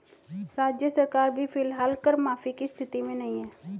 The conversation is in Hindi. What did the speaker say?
राज्य सरकार भी फिलहाल कर माफी की स्थिति में नहीं है